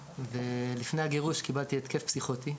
ולפני הגירוש קיבלתי התקף פסיכוטי,